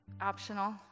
optional